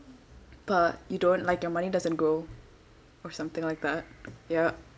but you don't like your money doesn't grow or something like that yah